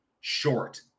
short